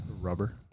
Rubber